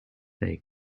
they